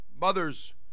Mothers